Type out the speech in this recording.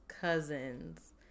cousins